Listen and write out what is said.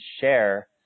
share